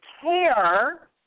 care